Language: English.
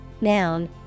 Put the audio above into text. Noun